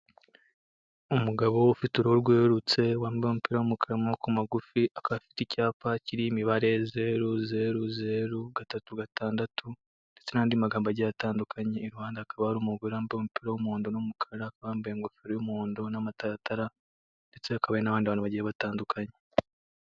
Umugabo ufite uruhu rwerurutse wambaye umupira w'umukara w'amaboko magufi akaba afite icyapa kiriho imibare zeru, zeru, zeru, gatatu gatandatu ndetse n'andi magambo agiye atandukanye iruhande hakaba hari umugore wambaye umupira w'umuhondo n'umukara, yambaye ingofero y'umuhondo n'amataratara, ndetse hakaba hari n'abandi bantu bagiye batandukanye.